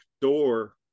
door